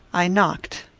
i knocked.